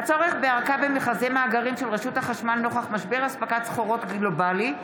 הצורך בארכה במכרזי מאגרים של רשות החשמל נוכח משבר אספקת סחורות גלובלי,